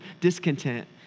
discontent